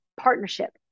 partnership